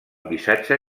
missatge